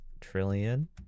trillion